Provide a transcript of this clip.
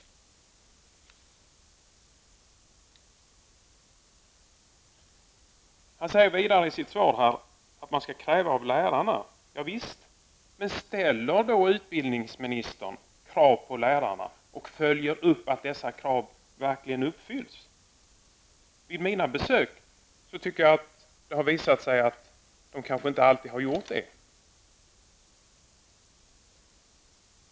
Utbildningsministern säger vidare i sitt svar att man skall ställa krav på lärarna. Ja, visst, men följ då upp dessa krav och se efter om de verkligen uppfylls! Under mina besök i olika skolor har det visat sig att lärarna kanske inte alltid har levt upp till dessa krav.